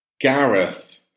Gareth